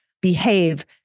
behave